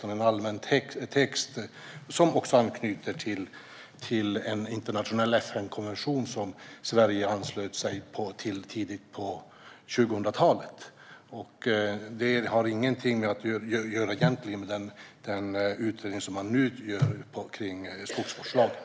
Det är en allmän text som också anknyter till en internationell FN-konvention som Sverige anslöt sig till i början av 2000-talet. Det har egentligen inget att göra med den utredning som man nu gör om skogsvårdslagen.